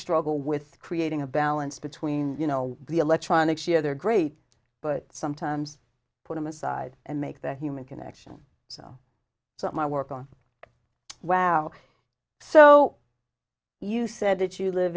struggle with creating a balance between you know the electronics year they're great but sometimes put them aside and make that human connection so so i work on wow so you said that you live